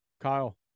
Kyle